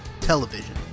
television